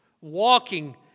walking